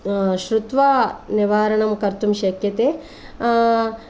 श्रुत्वा निवारणं कर्तुं शक्यते